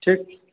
ठीक